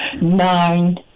nine